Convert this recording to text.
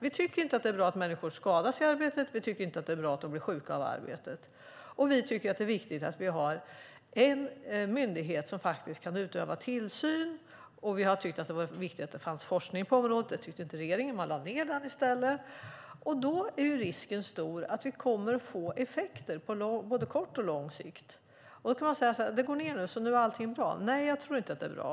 Vi tycker inte att det är bra att människor skadas i arbetet eller blir sjuka av arbetet. Vi tycker att det är viktigt att vi har en myndighet som kan utöva tillsyn. Vi tyckte också att det var viktigt med forskning på området, men det tyckte inte regeringen utan lade ned den. Då är risken stor att vi får effekter på både kort och lång sikt. Är allt bra för att det går nedåt? Nej, allt är inte bra.